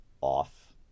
off